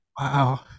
Wow